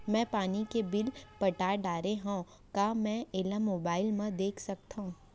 मैं पानी के बिल पटा डारे हव का मैं एला मोबाइल म देख सकथव?